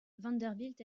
vanderbilt